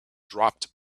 dropped